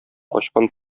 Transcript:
качкан